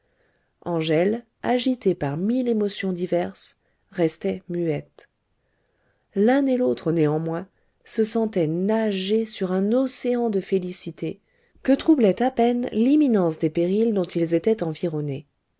angèle agitée par mille émotions diverses restait muette l'un et l'autre néanmoins se sentaient nager sur un océan de félicité que troublait à peine l'imminence des périls dont ils étaient environnés